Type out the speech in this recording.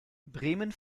bremen